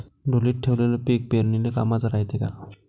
ढोलीत ठेवलेलं पीक पेरनीले कामाचं रायते का?